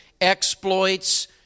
exploits